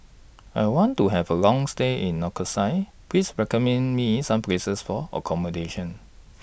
I want to Have A Long stay in Nicosia Please recommend Me Some Places For accommodation